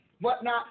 whatnot